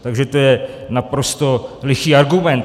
Takže to je naprosto lichý argument.